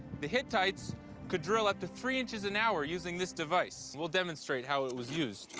the hittites could drill up to three inches an hour using this device. we'll demonstrate how it was used.